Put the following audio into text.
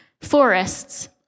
forests